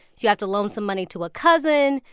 you've got to loan some money to a cousin,